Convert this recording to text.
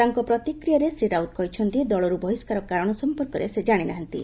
ତାଙ୍କ ପ୍ରତିକ୍ରିୟାରେ ଶ୍ରୀ ରାଉତ କହିଛନ୍ତି ଦଳରୁ ବହିଷ୍କାର କାରଣ ସଫପର୍କରେ ସେ ଜାଣିନାହାନ୍ତି